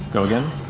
go again,